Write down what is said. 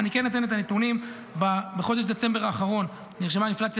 אני כן אתן את הנתונים: בחודש דצמבר האחרון נרשמה אינפלציה